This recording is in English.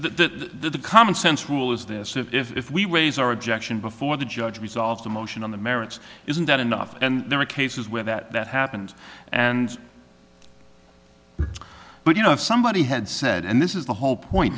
the common sense rule is this if we raise our objection before the judge resolves the motion on the merits isn't that enough and there are cases where that happened and but you know if somebody had said and this is the whole point